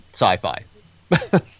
sci-fi